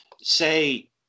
say